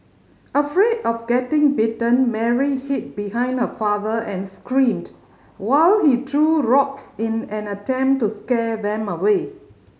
afraid of getting bitten Mary hid behind her father and screamed while he threw rocks in an attempt to scare them away